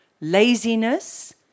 laziness